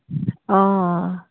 অঁ